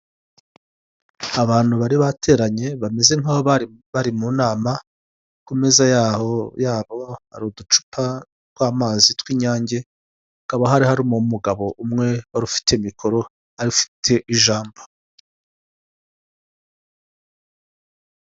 Abantu bari bateranye bameze ngaho bari bari munama kumeza yabo hari uducupa tw'amazi tw'inyange hakaba hari harimo umugabo umwe wari ufite ijambo.